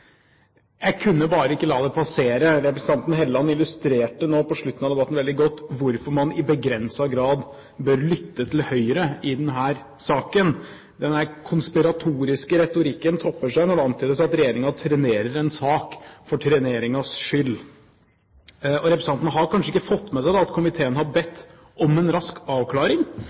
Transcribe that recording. Jeg kunne bare ikke la det passere: Representanten Hofstad Helleland illustrerte nå på slutten av debatten veldig godt hvorfor man i begrenset grad bør lytte til Høyre i denne saken. Den konspiratoriske retorikken topper seg når det antydes at regjeringen trenerer en sak for treneringens skyld. Representanten har kanskje ikke fått med seg at komiteen har bedt om en rask avklaring.